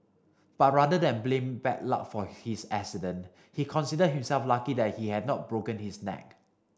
but rather than blame bad luck for his accident he considered himself lucky that he had not broken his neck